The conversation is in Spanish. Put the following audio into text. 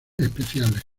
especiales